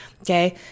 Okay